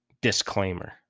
disclaimer